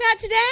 Today